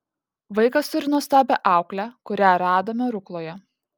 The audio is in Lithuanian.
vaikas turi nuostabią auklę kurią radome rukloje